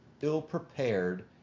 ill-prepared